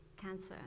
cancer